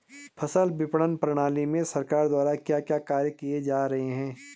फसल विपणन प्रणाली में सरकार द्वारा क्या क्या कार्य किए जा रहे हैं?